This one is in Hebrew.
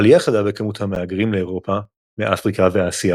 עלייה חדה בכמות המהגרים לאירופה מאפריקה ואסיה